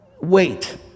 Wait